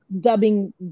dubbing